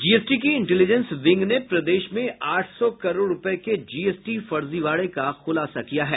GST की intelligence wing ने प्रदेश में आठ सौ करोड़ रूपये के जीएसटी फर्जीवाड़े का खुलासा किया है